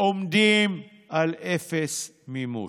עומדים על אפס מימוש.